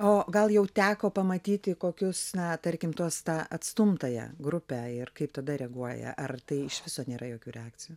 o gal jau teko pamatyti kokius na tarkim tuos tą atstumtąją grupę ir kaip tada reaguoja ar tai iš viso nėra jokių reakcijų